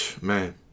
man